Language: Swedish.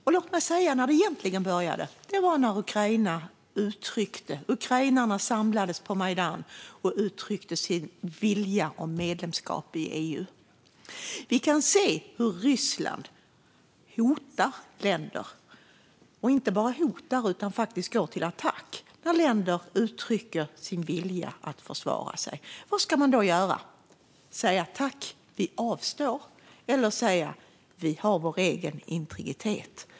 Men låt mig säga när det egentligen började: Det var när ukrainarna samlades på Majdan och uttryckte sin vilja om medlemskap i EU. Vi kan se hur Ryssland hotar länder, och inte bara hotar utan faktiskt går till attack, när länder uttrycker sin vilja att försvara sig. Vad ska man då göra? Ska man säga "tack, vi avstår" eller säga "vi har vår egen integritet.